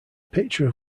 picture